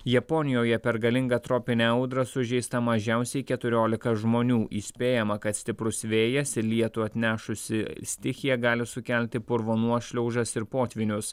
japonijoje per galingą tropinę audrą sužeista mažiausiai keturiolika žmonių įspėjama kad stiprus vėjas ir lietų atnešusi stichija gali sukelti purvo nuošliaužas ir potvynius